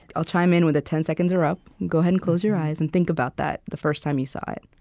i'll chime in when the ten seconds are up. go ahead and close your eyes and think about that the first time you saw it